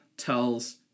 tells